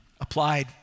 Applied